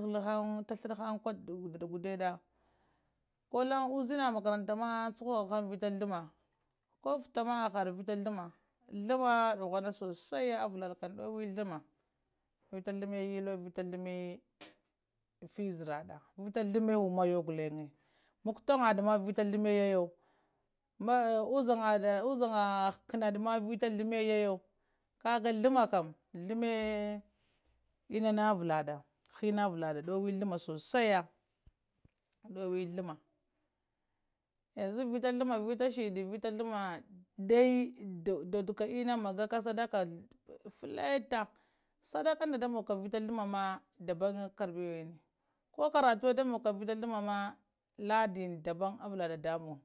ghluma, ta fləɗahan kudad- kudaɗa ko laŋ uzani makaranta ma sukoham vita ghluma, ko futa ma haha vita ghlummə ghluma dughum so sa iya avudaɗa kam ɗowe ghlumma vita ghlumma yaƴəy̱lo vita ghluma fiyə zara ɗa vita ghluma yamayo ghluŋə makwa taŋgaɗa vita ghluma yaye, uzanga ɗa əb hukunaɗa vita ghlumaya yo ka ga ghluma kam ghlumə inna əvulaɗa həna əvulaɗa ɗuwa ghluma so sai ya, ɗowə ghluma, yanzo vita ghluma vita shiɗi, vita ghluma dodu ka inna magaka sadaka fləta sadakaŋ da da mogukla vita ghluma ma daban gagi, ko karatunɗa da mogoka vita ghluma ma ladinən daban avula dadamuŋ,